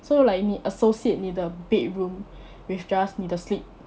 so like 你 associate 你的 bedroom with just 你的 sleep